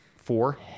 four